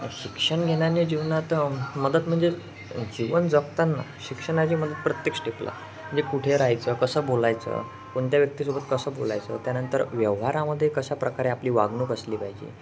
शिक्षण घेण्याने जीवनात मदत म्हणजे जीवन जगताना शिक्षणाची मदत प्रत्येक स्टेपला म्हणजे कुठे राहायचं कसं बोलायचं कोणत्या व्यक्तीसोबत कसं बोलायचं त्यानंतर व्यवहारामध्ये कशा प्रकारे आपली वागणूक असली पाहिजे